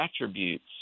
attributes